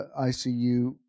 ICU